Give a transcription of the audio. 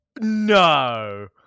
No